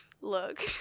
look